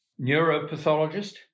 neuropathologist